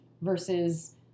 versus